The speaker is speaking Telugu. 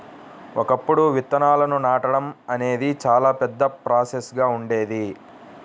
ఒకప్పుడు విత్తనాలను నాటడం అనేది చాలా పెద్ద ప్రాసెస్ గా ఉండేది